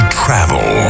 travel